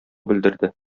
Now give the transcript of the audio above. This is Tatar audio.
белдерде